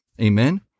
Amen